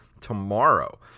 tomorrow